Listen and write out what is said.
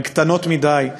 אבל הן קטנות מדי,